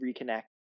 reconnect